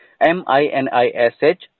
M-I-N-I-S-H